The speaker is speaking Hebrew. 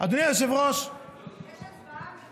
יש הצבעה?